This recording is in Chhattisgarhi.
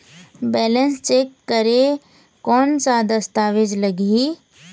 बैलेंस चेक करें कोन सा दस्तावेज लगी?